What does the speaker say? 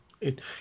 it